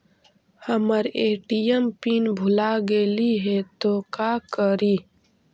हमर ATM PIN भूला गेली हे, तो का करि?